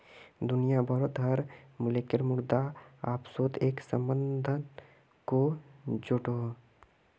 दुनिया भारोत हर मुल्केर मुद्रा अपासोत एक सम्बन्ध को जोड़ोह